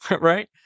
right